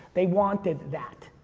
they wanted that,